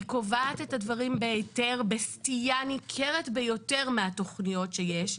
היא קובעת את הדברים בסטייה ניכרת ביותר מהתוכניות שיש.